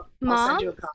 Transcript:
mom